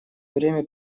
время